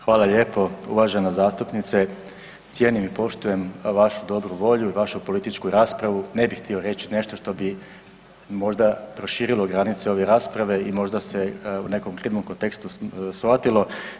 Hvala lijepo uvažena zastupnice, cijenim i poštujem vašu dobru volju i vašu političku raspravu, ne bih htio reći nešto bi možda proširilo granice ove rasprave i možda se u nekom krivom kontekstu shvatilo.